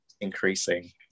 increasing